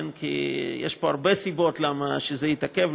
כי יש פה הרבה סיבות לכך שזה יתעכב,